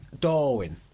Darwin